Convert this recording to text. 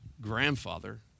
grandfather